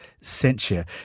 censure